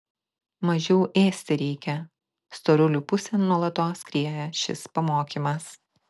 mažiau ėsti reikia storulių pusėn nuolatos skrieja šis pamokymas